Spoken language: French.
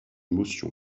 motion